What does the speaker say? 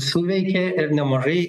suveikė ir nemažai